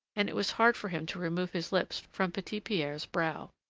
and it was hard for him to remove his lips from petit-pierre's brow.